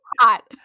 hot